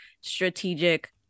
strategic